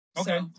Okay